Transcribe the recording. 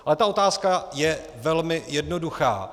Ale ta otázka je velmi jednoduchá.